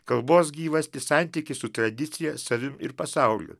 kalbos gyvastį santykį su tradicija savim ir pasauliu